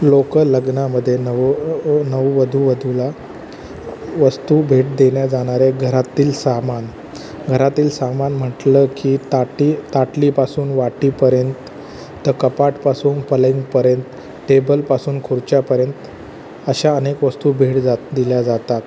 लोक लग्नामध्ये नव नववधू वधूला वस्तू भेट देण्या जाणाऱ्या घरातील सामान घरातील सामान म्हटलं की ताटी ताटलीपासून वाटीपर्यंत तर कपाटपासून पलंगपर्यंत टेबलपासून खुर्च्यापर्यंत अशा अनेक वस्तू भेट जात दिल्या जातात